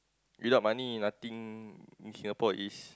without money nothing in Singapore is